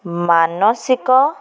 ମାନସିକ